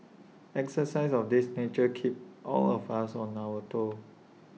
exercises of this nature keep all of us on our toes